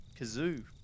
kazoo